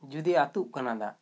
ᱡᱩᱫᱤ ᱟᱹᱛᱩᱜ ᱠᱟᱱᱟ ᱫᱟᱜ